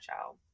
child